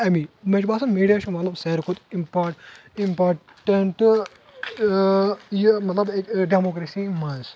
امی مےٚ چھُ باسان میٖڈیا چھُ مطلب ساروے کھۄتہٕ اِم اِمپاٹنٹ یہِ مطلب ڈیموکریسی منٛز